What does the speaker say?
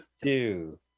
Two